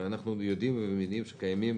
אנחנו יודעים ומבינים שקיימים